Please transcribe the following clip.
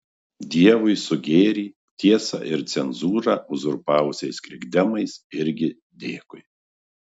dievui su gėrį tiesą ir cenzūrą uzurpavusiais krikdemais irgi dėkui